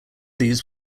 these